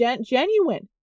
Genuine